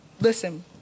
Listen